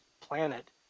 planet